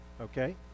okay